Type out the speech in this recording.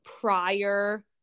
prior